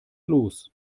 los